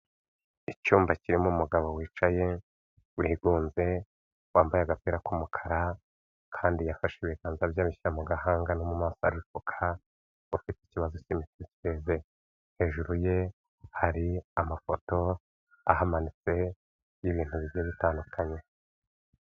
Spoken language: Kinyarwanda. Icyumba kirimo umugabo wicaye, wigunze, wambaye agapira k'umukara kandi yafashe ibiganza bye abishyira mu gahanga no mu maso aripfuka, ufite ikibazo k'imitekerereze. Hejuru ye hari amafoto ahamanitse y'ibintu bigiye bitandukanye.